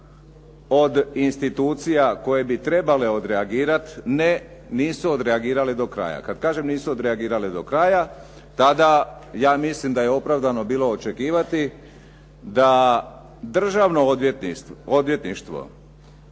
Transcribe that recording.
od institucija koje bi trebale odreagirati nisu odreagirale do kraja. Kad kažem nisu odreagirale do kraja tada ja mislim da je opravdano bilo očekivati da Državno odvjetništvo